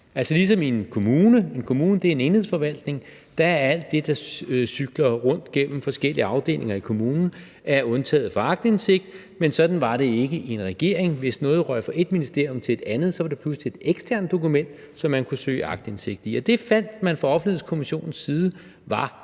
enhedsforvaltning, og alt det, der cykler rundt gennem forskellige afdelinger i kommunen, er undtaget fra aktindsigt. Men sådan var det ikke i en regering. Hvis noget røg fra ét ministerium til et andet, var det pludselig et eksternt dokument, som man kunne søge aktindsigt i, og det fandt man fra Offentlighedskommissionens side var